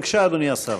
בבקשה, אדוני השר.